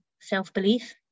self-belief